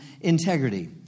integrity